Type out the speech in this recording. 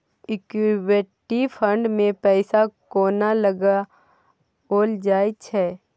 Equity fund मे पैसा कोना लगाओल जाय छै?